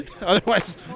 Otherwise